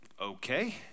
okay